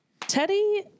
Teddy